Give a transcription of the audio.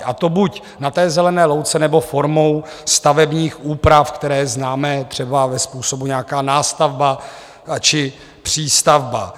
A to buď na zelené louce, nebo formou stavebních úprav, které známe třeba ve způsobu nějaké nástavby či přístavby.